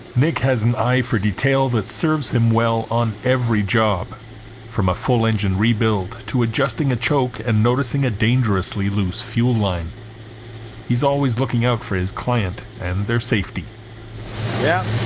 nick has an eye for detail that serves him well on every job from a full engine rebuild to adjusting a choke and noticing a dangerously loose fuel line he's always looking out for his client and their safety yeah